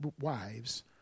wives